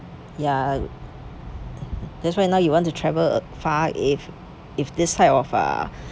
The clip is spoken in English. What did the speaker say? ya that's why now you want to travel far if if this type of uh